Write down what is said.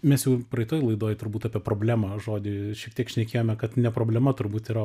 mes jau praeitoj laidoj turbūt apie problema žodį šiek tiek šnekėjome kad ne problema turbūt yra